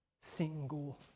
single